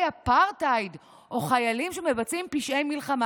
אפרטהייד או חיילים שמבצעים פשעי מלחמה,